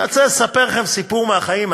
אני רוצה לספר לכם סיפור מהחיים.